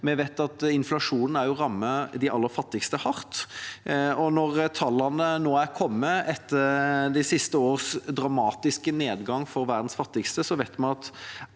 Vi vet at inflasjonen også rammer de aller fattigste hardt. Når tallene nå er kommet etter de siste års dramatiske nedgang for verdens fattigste, vet vi at